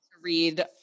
read